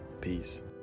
Peace